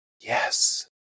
Yes